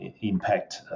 impact